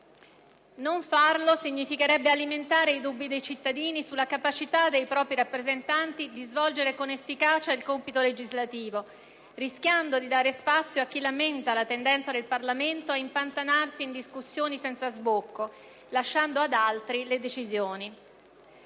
Non farlo significherebbe alimentare i dubbi dei cittadini sulla capacità dei propri rappresentanti di svolgere con efficacia il compito legislativo rischiando di dare spazio a chi lamenta la tendenza del Parlamento a impantanarsi in discussioni senza sbocco, lasciando ad altri le decisioni.